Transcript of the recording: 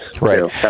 Right